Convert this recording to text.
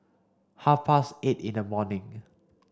half past eight in the morning